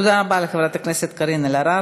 תודה רבה לחברת הכנסת קארין אלהרר.